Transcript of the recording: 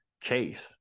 case